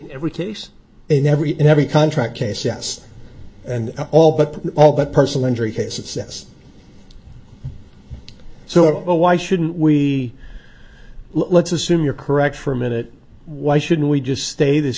every case in every every contract case yes and all but all but personal injury cases this so why shouldn't we let's assume you're correct for a minute why should we just stay this